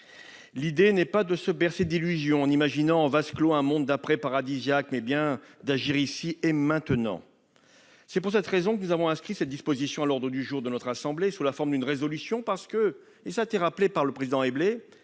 L'idée n'est pas de se bercer d'illusions en imaginant en vase clos un « monde d'après » paradisiaque, mais bien d'agir ici et maintenant. C'est pour cette raison que nous avons inscrit cette disposition à l'ordre du jour de notre assemblée sous la forme d'une proposition de résolution, parce que- le président Éblé